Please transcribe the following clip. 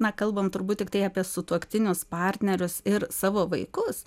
na kalbam turbūt tiktai apie sutuoktinius partnerius ir savo vaikus